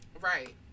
Right